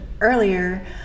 earlier